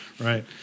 Right